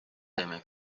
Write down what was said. teeme